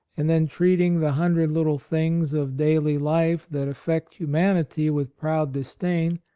and then treating the hundred little things of daily life that affect humanity with proud disdain,